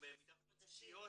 בציציות